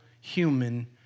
human